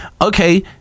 okay